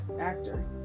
actor